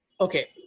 Okay